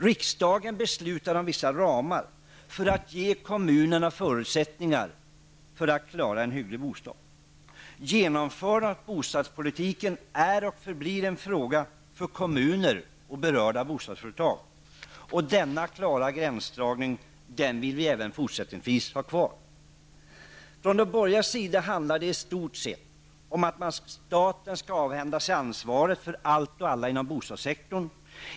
Riksdagen beslutar om vissa ramar för att kunna ge kommunerna förutsättningar att klara hyggliga bostäder. Genomförandet av bostadspolitiken är och förblir en fråga för kommuner och berörda bostadsföretag. Denna klara gränsdragning vill vi även fortsättningsvis ha kvar. Från de borgerligas sida handlar det i stort sett om att staten skall avhända sig ansvaret för allt och alla inom bostadssektorn.